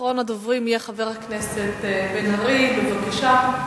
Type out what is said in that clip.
אחרון הדוברים יהיה חבר הכנסת בן-ארי, בבקשה.